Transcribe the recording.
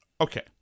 Okay